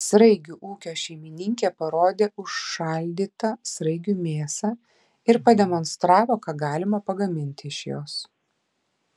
sraigių ūkio šeimininkė parodė užšaldytą sraigių mėsą ir pademonstravo ką galima pagaminti iš jos